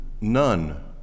none